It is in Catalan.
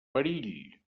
perill